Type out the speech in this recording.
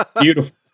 Beautiful